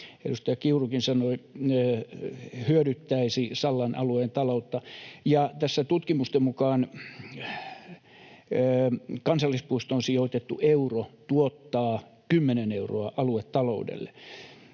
edustaja Kiurukin sanoi, hyödyttäisi Sallan alueen taloutta, kun tutkimusten mukaan kansallispuistoon sijoitettu euro tuottaa keskimäärin kymmenen euroa aluetaloudelle.